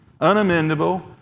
unamendable